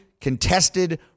contested